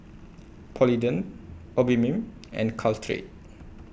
Polident Obimin and Caltrate